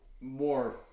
more